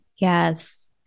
Yes